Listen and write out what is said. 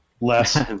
Less